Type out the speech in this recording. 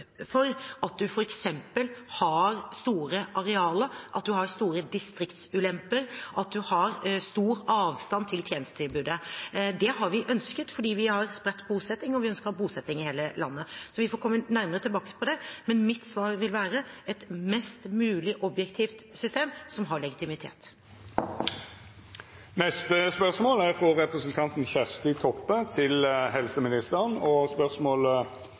for at en f.eks. har store arealer, at en har store distriktsulemper, at en har stor avstand til tjenestetilbudet. Det har vi ønsket fordi vi har spredt bosetting, og fordi vi ønsker å ha bosetting i hele landet. Så vi får komme nærmere tilbake til det, men mitt svar vil være et mest mulig objektivt system som har legitimitet. Dette spørsmålet er utsett til neste spørjetime, då statsråden er bortreist. Dette spørsmålet, frå representanten Kjersti Toppe til